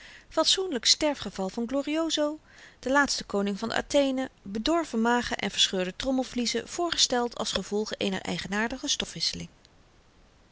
fatsoenlyk sterfgeval van glorioso de laatste koning van athene bedorven magen en verscheurde trommelvliezen voorgesteld als gevolgen eener eigenaardige